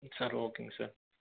sir ஓகேங்க sir